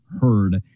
heard